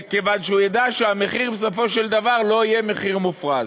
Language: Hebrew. כיוון שהוא ידע שהמחיר בסופו של דבר לא יהיה מחיר מופרז.